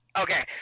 Okay